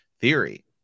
theory